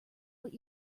what